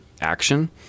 action